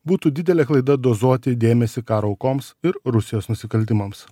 būtų didelė klaida dozuoti dėmesį karo aukoms ir rusijos nusikaltimams